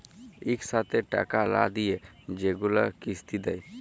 ইকসাথে টাকা লা দিঁয়ে যেগুলা কিস্তি দেয়